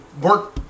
work